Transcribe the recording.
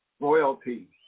Loyalty